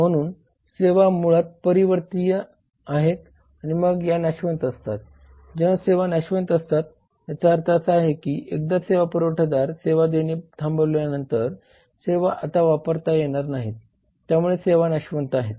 म्हणून सेवा मुळात परिवर्तनीय आहेत आणि मग या नाशवंत नसतात जेव्हा सेवा नाशवंत असतात याचा अर्थ असा की एकदा सेवा पुरवठादार सेवा देणे थांबवल्यानंतर सेवा आता वापरता येणार नाहीत त्यामुळे सेवा नाशवंत आहेत